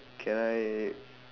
can I